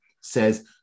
says